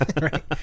right